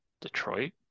Detroit